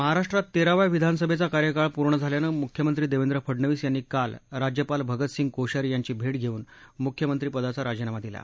महाराष्ट्रात तेराव्या विधानसभेचा कार्यकाळ पूर्ण झाल्यानं मुख्यमंत्री देवेंद्र फडणवीस यांनी काल राज्यपाल भगतसिंह कोश्यारी यांची भेट घेऊन मुख्यमंत्रिपदाचा राजिनामा दिला